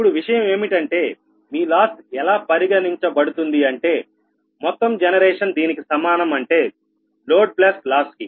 ఇప్పుడు విషయం ఏమిటంటే మీ లాస్ ఎలా పరిగణించబడుతుంది అంటే మొత్తం జనరేషన్ దీనికి సమానం అంటే లోడ్ ప్లస్ లాస్ కి